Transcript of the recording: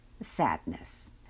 sadness